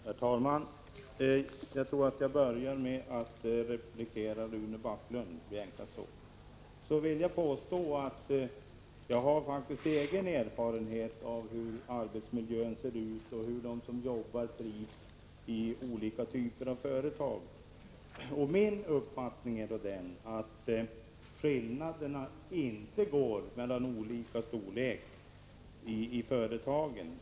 Herr talman! Jag tror att jag börjar med att replikera Rune Backlund, det blir enklast så. Jag har faktiskt egen erfarenhet av hur arbetsmiljön ser ut och hur de som arbetar trivs i olika typer av företag. Min uppfattning är den att skillnaden inte beror på företagens storlek.